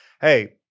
Hey